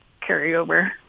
carryover